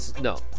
No